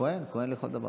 כוהן לכל דבר.